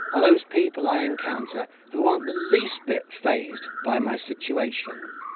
are those people i encounter who aren't the least bit phased by my situation.